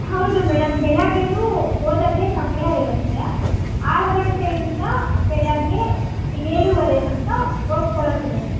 ಹೌದು ಮೇಡಮ್ ಬೆಳಗ್ಗೆಯೂ ಓದೋಕ್ಕೆ ಸಮಯ ಇರತ್ತೆ ಆರು ಗಂಟೆಯಿಂದ ಬೆಳಗ್ಗೆ ಏಳೂವರೆ ತನಕ ಓದ್ಕೊಳ್ಳೋಕ್ಕಿರತ್ತೆ